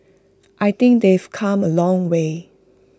I think they've come A long way